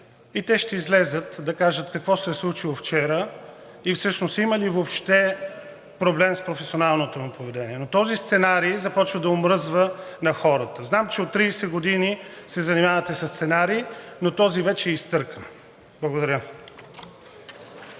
и те ще излязат да кажат какво се е случило вчера, и всъщност има ли въобще проблем с професионалното му поведение, но този сценарий започва да омръзва на хората. Знам, че от 30 години се занимавате със сценарии, но този вече е изтъркан. Благодаря.